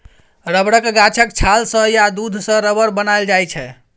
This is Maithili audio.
रबरक गाछक छाल सँ या दुध सँ रबर बनाएल जाइ छै